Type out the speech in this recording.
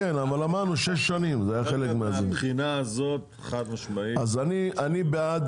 ברור שאתם ביניכם יכולים